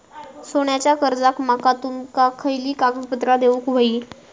सोन्याच्या कर्जाक माका तुमका खयली कागदपत्रा देऊक व्हयी?